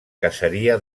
caseria